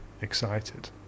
excited